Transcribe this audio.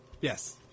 Yes